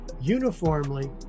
uniformly